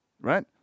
right